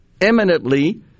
eminently